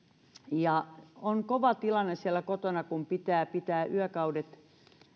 ja on kova tilanne siellä kotona kun pitää pitää yökaudet pitää